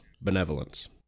benevolence